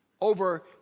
over